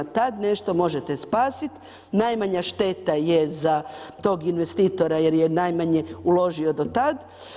Tad nešto možete spasiti, najmanja šteta je za tog investitora jer je najmanje uložio do tad.